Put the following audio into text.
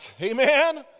amen